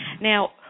Now